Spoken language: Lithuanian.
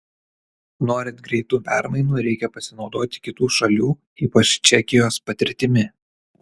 norint greitų permainų reikia pasinaudoti kitų šalių ypač čekijos patirtimi